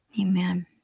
Amen